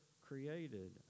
created